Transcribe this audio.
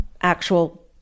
actual